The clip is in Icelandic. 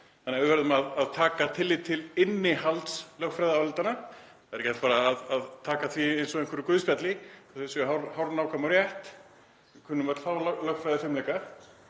þannig að við verðum að taka tillit til innihalds lögfræðiálitanna. Það er ekki bara hægt að taka því eins og einhverju guðspjalli að þau séu hárnákvæm og rétt. Við kunnum öll þá lögfræðifimleika.